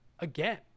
again